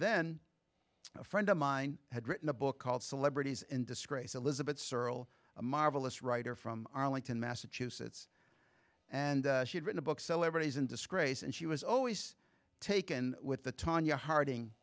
then a friend of mine had written a book called celebrities in disgrace elizabeth searle a marvelous writer from arlington massachusetts and she'd written a book celebrities in disgrace and she was always taken with the tonya harding